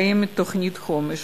קיימת תוכנית חומש,